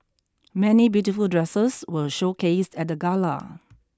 many beautiful dresses were showcased at the gala